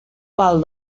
pal